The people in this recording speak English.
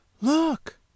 look